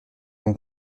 bon